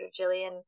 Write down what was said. Jillian